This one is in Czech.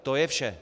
To je vše.